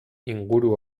inguru